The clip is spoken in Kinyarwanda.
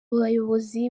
bayobozi